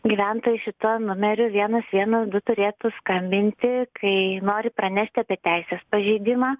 gyventojai šituo numeriu vienas vienas du turėtų skambinti kai nori pranešti apie teisės pažeidimą